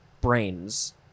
brains